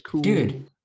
dude